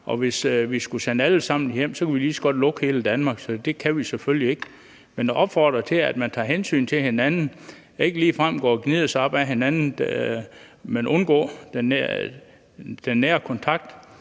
hvis vi skulle sende alle sammen hjem, kunne vi lige så godt lukke hele Danmark, så det kan vi selvfølgelig ikke. Men jeg vil opfordre til, at man tager hensyn til hinanden og ikke ligefrem går og gnider sig op ad hinanden, men undgår den nære kontakt